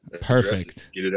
Perfect